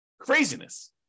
Craziness